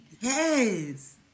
Yes